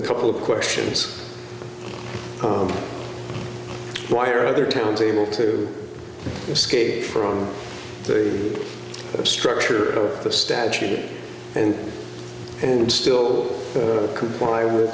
a couple questions why are other towns able to escape from the structure of the statute and and still to comply with